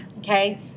Okay